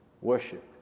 worship